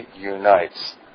unites